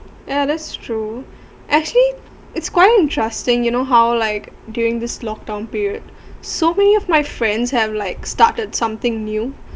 yeah that's true actually it's quite interesting you know how like during this lock down period so many of my friends have like started something new